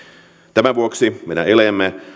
tämän vuoksi meidän eleemme